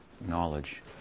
knowledge